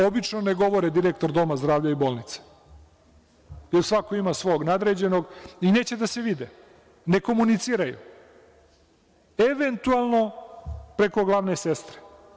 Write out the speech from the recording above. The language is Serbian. Obično ne govore direktor doma zdravlja i bolnica, jer svako ima svog nadređenog i neće da se vide, ne komuniciraju, eventualno preko glavne sestre.